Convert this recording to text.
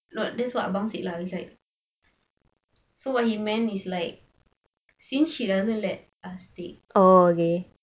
not that's what abang said lah it's like so what he meant is like since she doesn't let us take